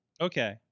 Okay